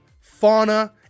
Fauna